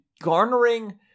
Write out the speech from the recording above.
garnering